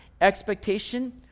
expectation